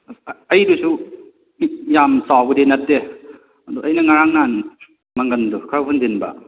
ꯑꯩꯒꯤꯗꯨꯁꯨ ꯌꯥꯝ ꯆꯥꯎꯕꯗꯤ ꯅꯠꯇꯦ ꯑꯗꯣ ꯑꯩꯅ ꯉꯔꯥꯡ ꯅꯍꯥꯟ ꯃꯪꯒꯜꯗꯣ ꯈꯔ ꯍꯨꯟꯖꯟꯕ